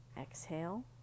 exhale